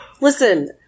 Listen